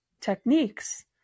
techniques